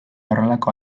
horrelako